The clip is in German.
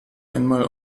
einmal